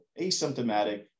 asymptomatic